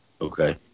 Okay